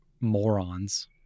morons